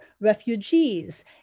refugees